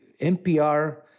NPR